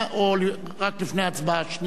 או רק לפני ההצבעה השנייה?